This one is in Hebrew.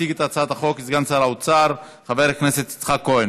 יציג את הצעת החוק סגן שר האוצר חבר הכנסת יצחק כהן,